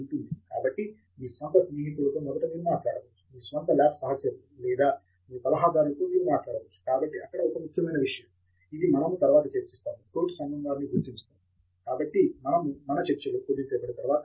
కాబట్టి మీ స్వంత స్నేహితులతో మొదట మీరు మాట్లాడవచ్చు మీ స్వంత ల్యాబ్ సహచరులు లేదా మీ సలహాదారులతో మీరు మాట్లాడవచ్చు కాబట్టి అక్కడ ఒక ముఖ్యమైన విషయం ఇది మనము తరువాత చర్చిస్తాము తోటి సంఘం వారిని గుర్తించడం కాబట్టి మనము మన చర్చలో కొద్దిసేపటి తరువాత వస్తాము